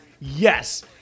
yes